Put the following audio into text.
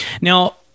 Now